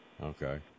Okay